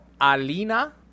Alina